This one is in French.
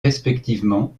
respectivement